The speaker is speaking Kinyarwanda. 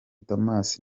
thomas